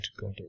God